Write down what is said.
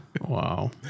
Wow